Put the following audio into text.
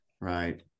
right